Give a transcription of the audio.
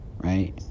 right